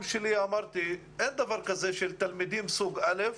שלי אמרתי שאין דבר כזה שיש תלמידים סוג א'